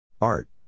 Art